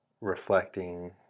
reflecting